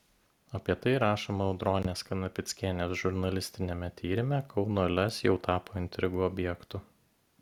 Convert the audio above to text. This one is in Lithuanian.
apie tai rašoma audronės kanapickienės žurnalistiniame tyrime kauno lez jau tapo intrigų objektu